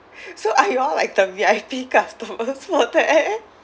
so are you all like the V_I_P customers for there